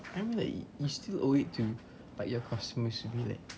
I mean like you still owe it to but your customers will be like